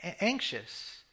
anxious